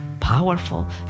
Powerful